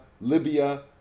Libya